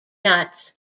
nuts